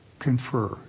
confer